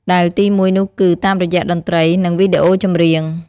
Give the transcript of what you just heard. ដែលទីមួយនោះគឺ តាមរយៈតន្ត្រី និងវីដេអូចម្រៀង។